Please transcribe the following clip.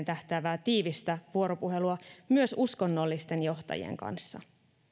tähtäävää tiivistä vuoropuhelua myös uskonnollisten johtajien kanssa